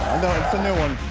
no, it's a new one,